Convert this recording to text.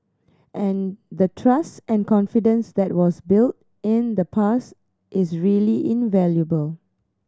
and the trust and confidence that was built in the past is really invaluable